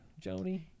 Joni